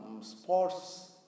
sports